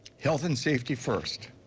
health and safety first.